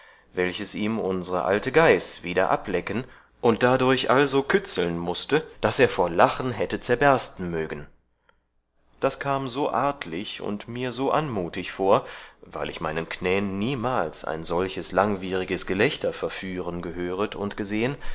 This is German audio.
welches ihm unsre alte geiß wieder ablecken und dadurch also kützeln mußte daß er vor lachen hätte zerbersten mögen das kam so artlich und mir so anmutig vor weil ich meinen knän nie mals ein solches langwieriges gelächter verführen gehöret und gesehen